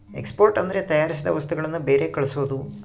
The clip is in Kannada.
ಎಕ್ಸ್ಪೋರ್ಟ್ ಅಂದ್ರೆ ತಯಾರಿಸಿದ ವಸ್ತುಗಳನ್ನು ಬೇರೆ ಕಳ್ಸೋದು